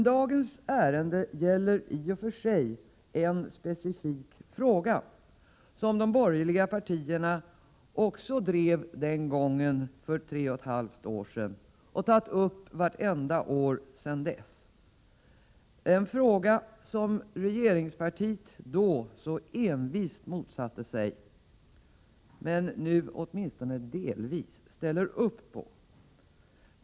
Dagens ärende gäller i och för sig en specifik fråga, som de borgerliga partierna också drev den gången för tre och ett halvt år sedan och som de har tagit upp varje år sedan dess. Det gäller ett förbud som regeringspartiet då så envist motsatte sig men nu åtminstone delvis ställer sig bakom.